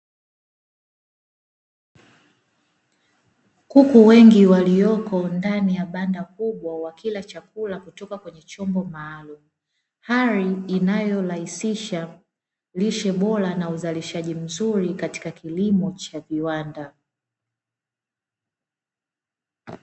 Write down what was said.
Kuku wengi, waliopo ndani ya banda kubwa wakila chakula kutoka kwenye chombo maalumu, hali inayorahisisha lishe bora na uzalishaji mzuri katika kilimo cha kiwanda.